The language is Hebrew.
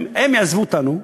הם יעזבו אותנו,